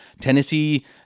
Tennessee